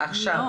לא,